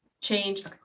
change